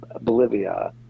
Bolivia